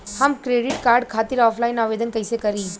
हम credit card खातिर offline आवेदन कइसे करि?